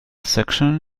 section